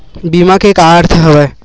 बीमा के का अर्थ हवय?